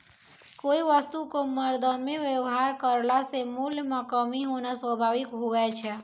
कोय वस्तु क मरदमे वेवहार करला से मूल्य म कमी होना स्वाभाविक हुवै छै